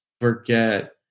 forget